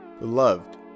beloved